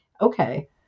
okay